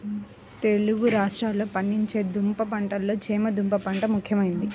తెలుగు రాష్ట్రాలలో పండించే దుంప పంటలలో చేమ దుంప పంట ముఖ్యమైనది